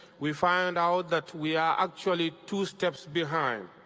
we find out that we are actually two steps behind.